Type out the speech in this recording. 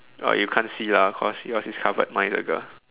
uh you can't see lah cause yours is covered mine is the girl